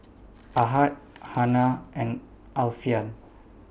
Ahad Hana and Alfian